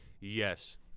Yes